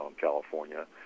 California